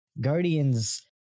guardians